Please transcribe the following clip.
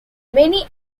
many